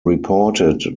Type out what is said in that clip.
reported